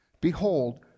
Behold